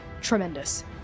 tremendous